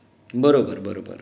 बरोबर बरोबर